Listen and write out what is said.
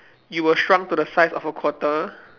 you were shrunk to the size of a quarter